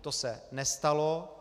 To se nestalo.